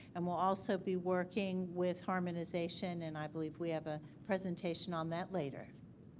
and we'll also be working with harmonization and i believe we have a presentation on that later.